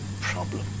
problem